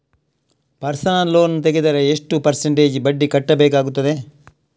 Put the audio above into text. Personal loan ತೆಗೆದರೆ ಎಷ್ಟು percentage ಬಡ್ಡಿ ಕಟ್ಟಬೇಕಾಗುತ್ತದೆ?